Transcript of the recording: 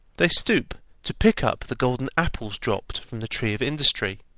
they stoop to pick up the golden apples dropped from the tree of industry,